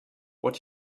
what